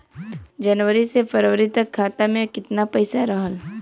जनवरी से फरवरी तक खाता में कितना पईसा रहल?